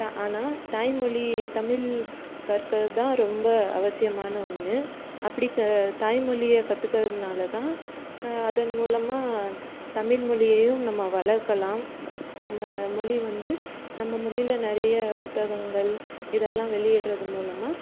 ஆனால் தாய்மொழி தமிழ் கற்கறதுதான் ரொம்ப அவசியமான ஒன்று அப்படி தாய்மொழிய கற்றுக்கறதனால தான் அதன் மூலமாக தமிழ் மொழியையும் நம்ம வளர்க்கலாம் நம்ம மொழி வந்து நம்ம மொழில நிறைய புத்தகங்கள் இதெல்லாம் வெளியிடுவது மூலமாக